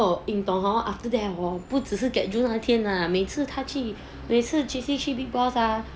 oh 你懂 hor after that hor 不只是 Get Juiced 那天 ah 每次他去每次 tracy 去 big boss ah